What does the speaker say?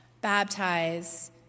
baptize